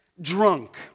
drunk